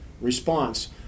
response